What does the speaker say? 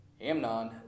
Amnon